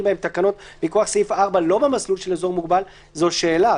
בהם תקנות מכוח סעיף 4 לא במסלול של אזור מוגבל זו שאלה.